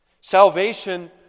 salvation